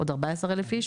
עוד 14 אלף איש